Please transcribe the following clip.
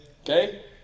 okay